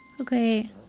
Okay